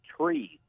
trees